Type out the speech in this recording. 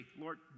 Lord